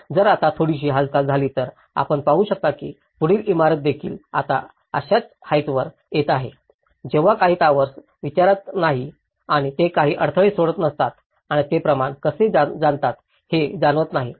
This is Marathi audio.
जर आता थोडीशी हालचाल झाली तर आपण पाहू शकता की पुढील इमारतदेखील आता अशाच हाईटवर येत आहे जेव्हा काही टॉवर्स विचारात नाहीत आणि ते काही अडथळे सोडत नसतात आणि ते प्रमाण कसे जाणतात हे जाणवत नाही